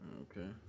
Okay